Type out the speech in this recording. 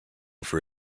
for